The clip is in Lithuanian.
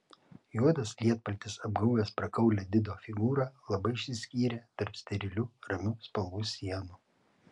juodas lietpaltis apgaubęs prakaulią dido figūrą labai išsiskyrė tarp sterilių ramių spalvų sienų